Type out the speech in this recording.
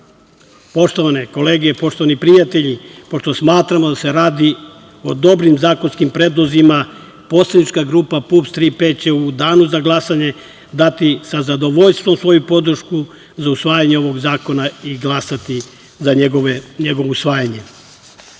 Hilandar. Poštovane kolege i poštovani prijatelji, pošto smatramo da se radi o dobrim zakonskim predlozima poslanička grupa PUPS Tri-P će u danu za glasanje dati sa zadovoljstvom svoju podršku za usvajanje ovog zakona i glasati za njegovo usvajanje. Takođe,